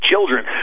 Children